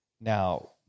Now